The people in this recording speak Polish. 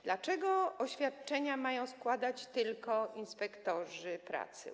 Dlaczego oświadczenia mają składać tylko inspektorzy pracy?